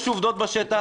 יש עובדות בשטח.